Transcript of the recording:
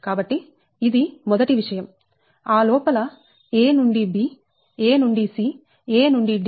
కాబట్టి ఇది మొదటి విషయం ఆ లోపల a నుండి b a నుండి c a నుండి d